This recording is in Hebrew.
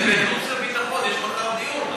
זה בחוץ וביטחון, יש מחר דיון.